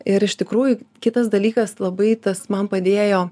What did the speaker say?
ir iš tikrųjų kitas dalykas labai tas man padėjo